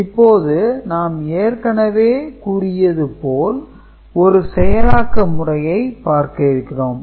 இப்போது நாம் ஏற்கனவே கூறியது போல் ஒரு செயலாக்க முறையை பார்க்க இருக்கிறோம்